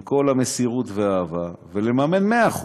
עם כל המסירות והאהבה, ולממן 100%,